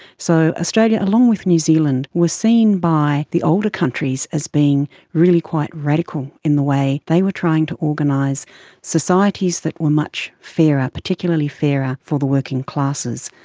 so australia, along with new zealand, was seen by the older countries as being really quite radical in the way they were trying to organise societies that were much fairer, particularly fairer for the working classes.